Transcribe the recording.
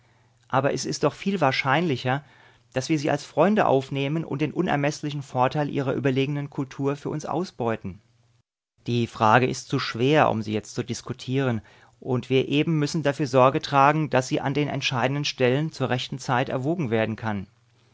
aber es ist doch viel wahrscheinlicher daß wir sie als freunde aufnehmen und den unermeßlichen vorteil ihrer überlegenen kultur für uns ausbeuten die frage ist zu schwer um sie jetzt zu diskutieren und wir eben müssen dafür sorgen daß sie an den entscheidenden stellen zur rechten zeit erwogen werden kann